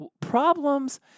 Problems